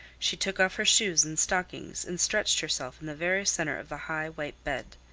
she took off her shoes and stockings and stretched herself in the very center of the high, white bed.